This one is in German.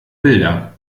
bilder